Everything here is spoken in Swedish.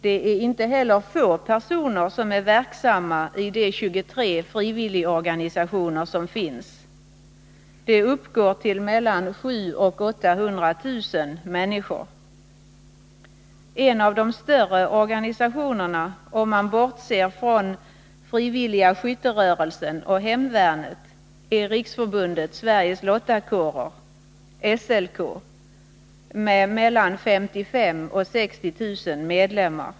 Det är inte heller få personer som är verksamma i de 23 frivilligorganisationer som finns. De uppgår till mellan 700 000 och 800 000 människor. En av de större organisationerna, efter Frivilliga skytterörelsen och Hemvärnet, är Riksförbundet Sveriges lottakårer, SLK, med mellan 55 000 och 60 000 medlemmar.